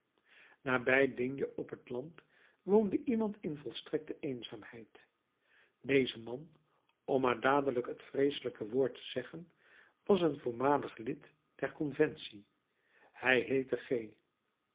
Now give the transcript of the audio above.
nabij digne op het land woonde iemand in volstrekte eenzaamheid deze man om maar dadelijk het vreeselijke woord te zeggen was een voormalig lid der conventie hij heette g